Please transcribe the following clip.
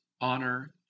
honor